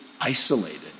isolated